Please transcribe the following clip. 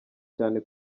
cyane